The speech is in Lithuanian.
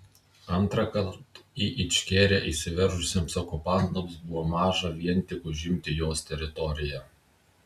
antrąkart į ičkeriją įsiveržusiems okupantams buvo maža vien tik užimti jos teritoriją